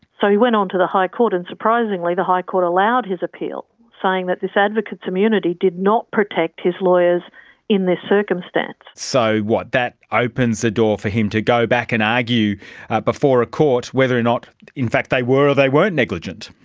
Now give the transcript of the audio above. so he went onto the high court and surprisingly the high court allowed his appeal, saying that this advocate's immunity did not protect his lawyers in this circumstance. so what, that opens the door for him to go back and argue before a court whether or not in fact they were or they weren't negligent.